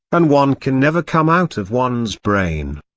and one can never come out of one's brain.